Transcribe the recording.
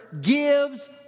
gives